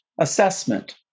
assessment